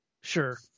Sure